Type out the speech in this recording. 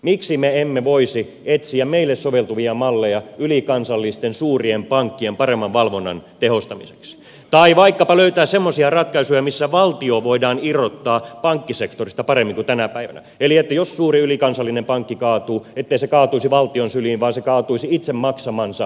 miksi me emme voisi etsiä meille soveltuvia malleja ylikansallisten suurien pankkien paremman valvonnan tehostamiseksi tai vaikkapa löytää semmoisia ratkaisuja missä valtio voidaan irrottaa pankkisektorista paremmin kuin tänä päivänä eli niin että jos suuri ylikansallinen pankki kaatuu se ei kaatuisi valtion syliin vaan se kaatuisi itse maksamansa rahaston syliin